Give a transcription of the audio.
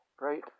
right